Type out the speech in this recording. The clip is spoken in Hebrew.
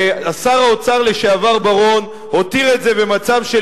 שר האוצר לשעבר בר-און הותיר את זה במצב של